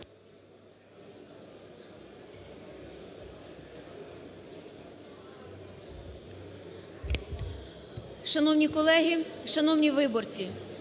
Шановні колеги, шановні виборці!